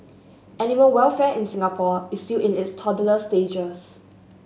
animal welfare in Singapore is still in its toddler stages